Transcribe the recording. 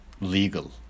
legal